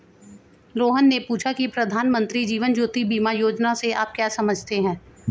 रोहन ने पूछा की प्रधानमंत्री जीवन ज्योति बीमा योजना से आप क्या समझते हैं?